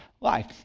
life